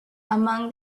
among